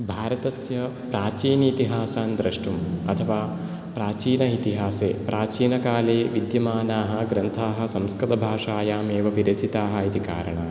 भारतस्य प्राचीन इतिहासं द्रष्टुम् अथवा प्राचीन इतिहासे प्राचीन काले विद्यमानाः ग्रन्थाः संस्कृत भाषायां एव विरचिताः इति कारणात्